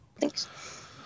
Thanks